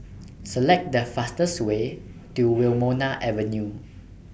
Select The fastest Way to Wilmonar Avenue